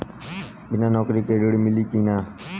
बिना नौकरी के ऋण मिली कि ना?